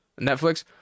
Netflix